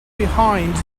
behind